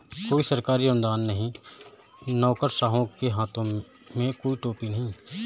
कोई सरकारी अनुदान नहीं, नौकरशाहों के हाथ में कोई टोपी नहीं